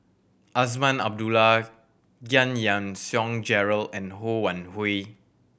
Azman Abdullah Giam Yean Song Gerald and Ho Wan Hui